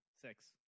Six